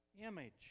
image